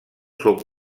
són